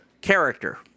character